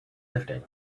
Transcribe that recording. lifting